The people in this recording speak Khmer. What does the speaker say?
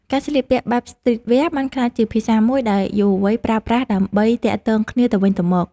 ការស្លៀកពាក់បែបស្ទ្រីតវែរ បានក្លាយជាភាសាមួយដែលយុវវ័យប្រើប្រាស់ដើម្បីទាក់ទងគ្នាទៅវិញទៅមក។